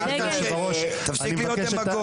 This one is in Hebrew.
תפסיק להיות דמגוג.